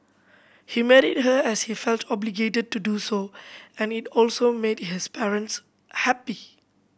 he married her as he felt obligated to do so and it also made his parents happy